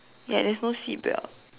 ya there's no seat belt